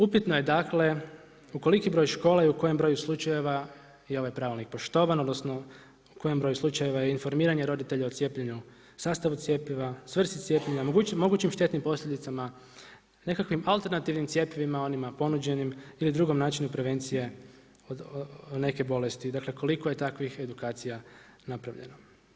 Upitno je dakle u koliki broj škola i u kojem broju slučajeva je ovaj pravilnik poštovan odnosno u kojem broju slučajeva je informiranje roditelja o cijepljenju, sastavu cjepiva, svrsi cijepljenja, mogućim štetnim posljedicama, nekakvim alternativnim cjepivima, onim ponuđenim ili drugim načinom prevencije neke bolesti, dakle koliko je takvih edukacija napravljeno.